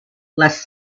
less